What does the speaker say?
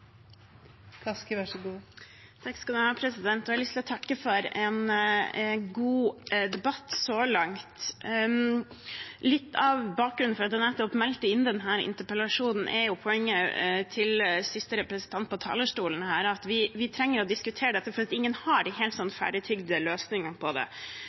har lyst til å takke for en god debatt så langt. Litt av bakgrunnen for at jeg meldte inn nettopp denne interpellasjonen, er poenget til siste representant på talerstolen: Vi trenger å diskutere dette, for ingen har de helt ferdigtygde løsningene på det.